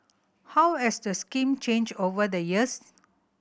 how has the scheme changed over the years